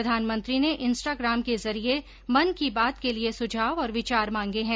प्रधानमंत्री ने इंस्टाग्राम के जरिये मन की बात के लिए सुझाव और विचार मांगे हैं